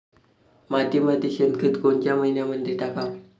मातीमंदी शेणखत कोनच्या मइन्यामंधी टाकाव?